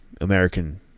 American